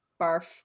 Barf